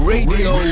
Radio